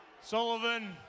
Sullivan